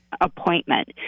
appointment